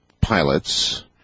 pilots